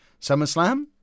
summerslam